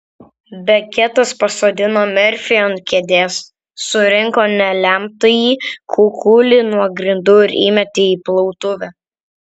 beketas pasodino merfį ant kėdės surinko nelemtąjį kukulį nuo grindų ir įmetė į plautuvę